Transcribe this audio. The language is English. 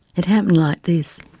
it happened like this.